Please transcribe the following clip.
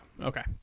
Okay